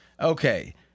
Okay